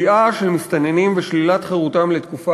"כליאה של מסתננים ושלילת חירותם לתקופה